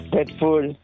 Deadpool